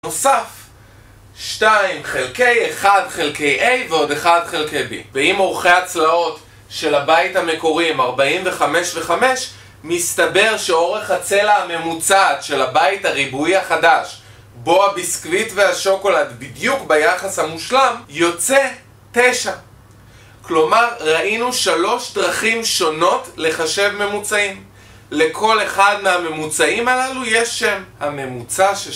נוסף 2 חלקי 1 חלקי A ועוד 1 חלקי B ואם אורכי הצלעות של הבית המקורי הם 45 ו5 מסתבר שאורך הצלע הממוצעת של הבית הריבועי החדש בו הביסקווית והשוקולד בדיוק ביחס המושלם יוצא 9 כלומר ראינו שלוש דרכים שונות לחשב ממוצעים לכל אחד מהממוצעים הללו יש שם הממוצע